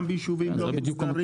גם ביישובים לא מוסדרים?